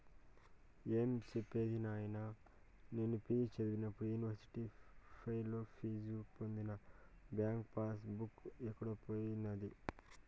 ఏం సెప్పేది నాయినా, నేను పి.జి చదివేప్పుడు యూనివర్సిటీ ఫెలోషిప్పు పొందిన బాంకీ పాస్ బుక్ ఎక్కడో పోయినాది